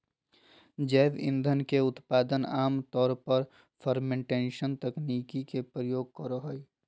जैव ईंधन के उत्पादन आम तौर पर फ़र्मेंटेशन तकनीक के प्रयोग करो हइ